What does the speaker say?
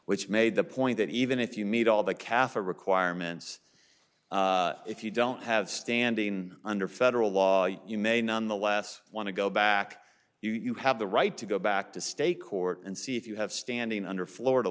which made the point that even if you meet all the katha requirements if you don't have standing under federal law you may nonetheless want to go back you have the right to go back to stay court and see if you have standing under florida